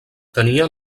tenia